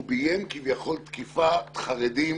הוא ביים כביכול תקיפת חרדים